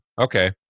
Okay